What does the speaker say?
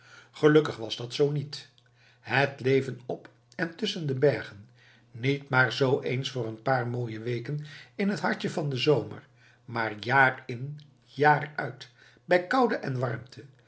gelukkig was dat zoo niet het leven op en tusschen de bergen niet maar zoo eens voor een paar mooie weken in het hartje van den zomer maar jaar in jaar uit bij koude en warmte